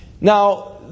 Now